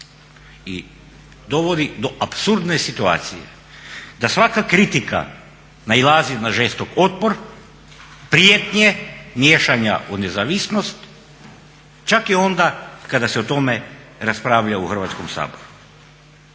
i dovodi do apsurdne situacije da svaka kritika nailazi na žestok otpor, prijetnje, miješanja u nezavisnost, čak i onda kada se o tome raspravlja u Hrvatskom saboru.